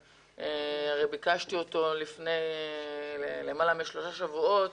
ביקשתי אותו לפני למעלה משלושה שבועות,